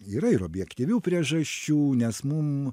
yra ir objektyvių priežasčių nes mum